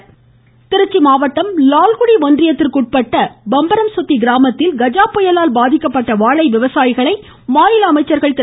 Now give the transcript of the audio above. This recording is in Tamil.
கஜாட திருச்சி திருச்சி மாவட்டம் லால்குடி ஒன்றியத்திற்குட்பட்ட பம்பரம்சுத்தி கிராமத்தில் கஜா புயலால் பாதிக்கப்பட்ட வாழை விவசாயிகளை மாநில அமைச்சர்கள் திரு